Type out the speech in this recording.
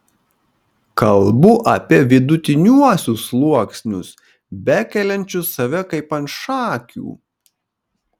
kalbu apie vidutiniuosius sluoksnius bekeliančius save kaip ant šakių